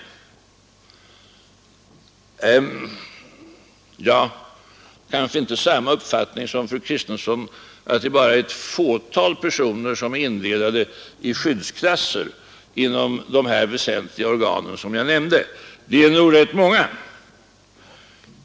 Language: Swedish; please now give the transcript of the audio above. Jag har kanske inte samma uppfattning som fru Kristensson, att det bara är ett fåtal personer som är indelade i skyddsklasser inom de väsentliga organ som jag nämnde — de är nog rätt många.